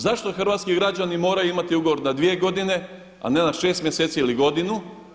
Zašto hrvatski građani moraju imati ugovor na dvije godine, a ne na šest mjeseci ili godinu.